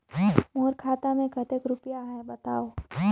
मोर खाता मे कतेक रुपिया आहे बताव?